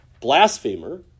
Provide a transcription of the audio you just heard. blasphemer